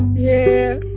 yeah